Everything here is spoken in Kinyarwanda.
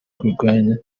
kurwanya